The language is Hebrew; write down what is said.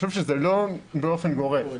זה לא באופן גורף.